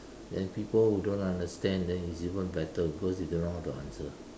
then people who don't understand then is even better because you don't know how to answer